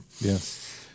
Yes